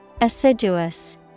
Assiduous